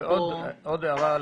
עוד הערה,